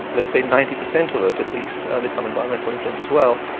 let's say ninety percent of it at least there's some environmental influence as well,